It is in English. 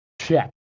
check